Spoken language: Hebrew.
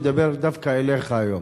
לדבר דווקא אליך היום.